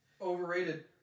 Overrated